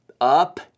up